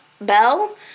Bell